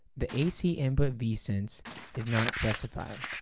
the ac input vsense is not specified,